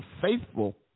faithful